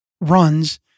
runs